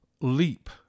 leap